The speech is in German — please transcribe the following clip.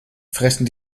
fressen